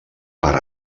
per